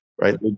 right